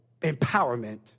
empowerment